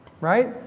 Right